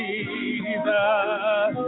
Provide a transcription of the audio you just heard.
Jesus